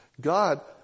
God